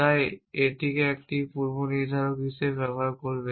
তাই এটিকে একটি পূর্বনির্ধারক হিসাবে ব্যবহার করবে